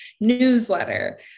newsletter